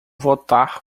voltar